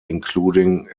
including